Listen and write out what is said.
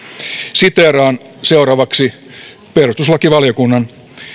siteeraan seuraavaksi perustuslakivaliokunnan